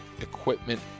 equipment